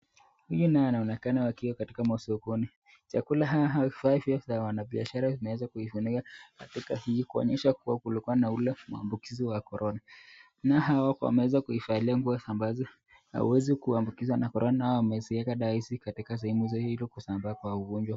Huyu naye anaonekana wakiwa katika masokoni, chakula haya hau faa fia za wanabiashara zinaweza kuifunika katika hii, kuonyesha kulikua na ule, maambukizi ya korona, nao hawa wameeza kuifalia nguo ambazo, hauwezi kuambukizwa na karona hawa wamezieka dawa hizi katika sehemu hio ili kuzuia kusambaa kwa ugonjwa.